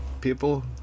people